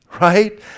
right